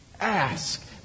ask